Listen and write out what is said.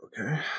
Okay